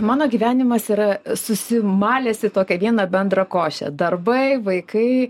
mano gyvenimas yra susimalęs į tokią vieną bendrą košę darbai vaikai